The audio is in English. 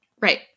Right